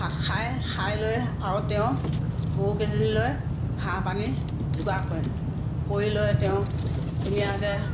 ভাত খায় আৰু খায় লৈ তেওঁ গৰুকেইজনীলৈ ঘাঁহ পানী যোগাৰ কৰে কৰি লৈ তেওঁ ধুনীয়াকৈ